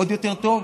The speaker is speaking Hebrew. עוד יותר טוב,